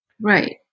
Right